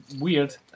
weird